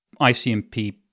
ICMP